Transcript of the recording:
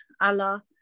Allah